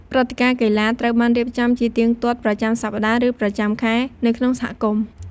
ព្រឹត្តិការណ៍កីឡាត្រូវបានរៀបចំជាទៀងទាត់ប្រចាំសប្ដាហ៍ ឬប្រចាំខែនៅក្នុងសហគមន៍។